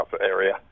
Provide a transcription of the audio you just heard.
area